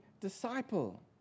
disciple